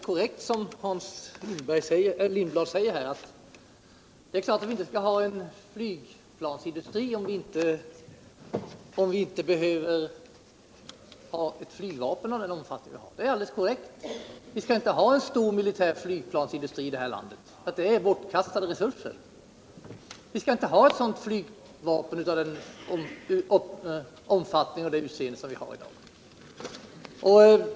Herr talman! Det är alldeles korrekt som Hans Lindblad säger, att det är klart att vi inte skall ha en flygplansindustri om vi inte behöver ett flygvapen av den omfattning vi har. Vi skallinte ha en stor militär flygplansindustri i det här landet, det är bortkastade resurser. Vi skall inte ha ett flygvapen av den omfattning och det utseende vi har i dag.